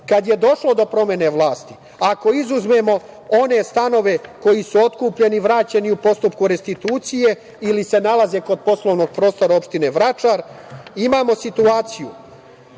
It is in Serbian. Kada je došlo do promene vlasti, ako izuzmemo one stanove koji su otkupljeni, vraćeni u postupku restitucije ili se nalaze kod poslovnog prostora opštine Vračar, imamo situaciju